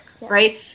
right